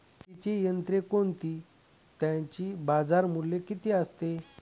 शेतीची यंत्रे कोणती? त्याचे बाजारमूल्य किती असते?